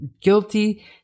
guilty